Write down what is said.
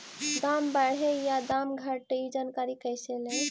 दाम बढ़े या दाम घटे ए जानकारी कैसे ले?